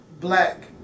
black